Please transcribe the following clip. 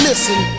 Listen